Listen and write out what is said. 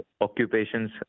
occupations